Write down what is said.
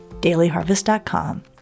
dailyharvest.com